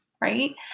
right